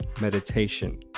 meditation